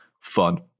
fun